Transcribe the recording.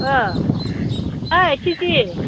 ओइ केथि